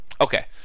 Okay